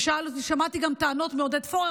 ושמעתי גם טענות מעודד פורר,